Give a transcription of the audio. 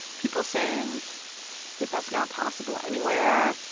people saying it. that's not possible anywhere.